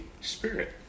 spirit